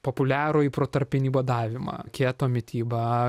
populiarųjį protarpinį badavimą keto mitybą